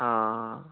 অঁ